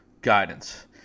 guidance